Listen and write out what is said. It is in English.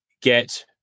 get